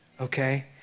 Okay